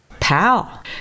Pal